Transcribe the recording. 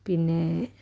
പിന്നേ